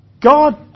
God